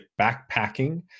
backpacking